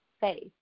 faith